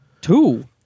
Two